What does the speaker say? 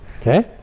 okay